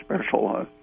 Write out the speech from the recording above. special